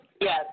Yes